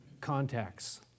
contacts